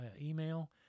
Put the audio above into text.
email